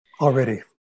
Already